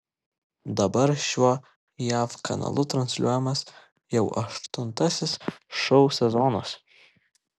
dabar šiuo jav kanalu transliuojamas jau aštuntasis šou sezonas